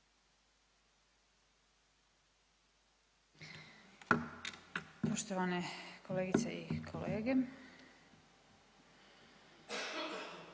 poštovane kolegice i kolege,